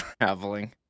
traveling